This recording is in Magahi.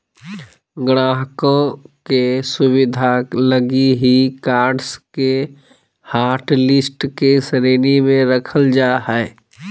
ग्राहकों के सुविधा लगी ही कार्ड्स के हाटलिस्ट के श्रेणी में रखल जा हइ